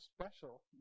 special